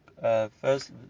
first